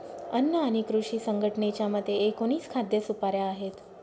अन्न आणि कृषी संघटनेच्या मते, एकोणीस खाद्य सुपाऱ्या आहेत